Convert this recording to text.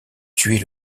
tuer